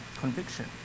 conviction